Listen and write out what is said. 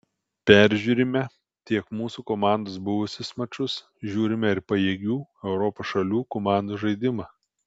peržiūrime tiek mūsų komandos buvusius mačus žiūrime ir pajėgių europos šalių komandų žaidimą